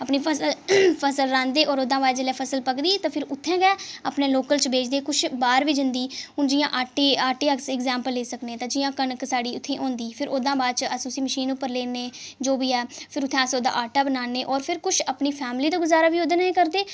अपनी फसल फसल रहांदे ओह्दे बाद जेल्लै फसल पकदी ते फिर उ'त्थें गै अपने लोकल च बेचदे कुछ बाह्र बी जंदी हून जि'यां आटे दी अस एग्जेम्पल लेई सकने जि'यां कनक साढ़ी उ'त्थें होंदी फिर ओह्दे शा बाद च अस उसी मशीन पर लेने जो बी ऐ फिर उत्थें अस ओह्दा आटा बनाने होर फिर कुछ अपनी फैमली दा गुजारा बी ओह्दे नै गै करदे